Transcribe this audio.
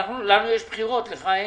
לנו יש בחירות, לך אין.